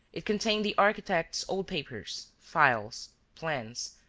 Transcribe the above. it contained the architect's old papers, files, plans,